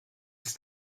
ist